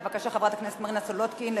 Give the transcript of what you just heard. בבקשה, חברת הכנסת מרינה סולודקין,